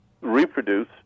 reproduce